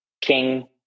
King